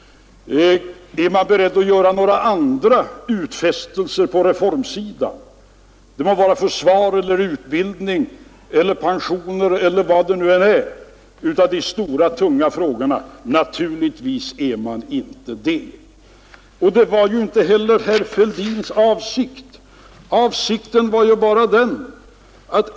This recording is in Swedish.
Är man beredd att göra några andra utfästelser på utgiftssidan — det må gälla försvar, utbildning, pensioner eller någon annan av de tunga posterna? Naturligtvis är man inte det. Och det var ju inte heller herr Fälldins avsikt.